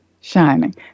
shining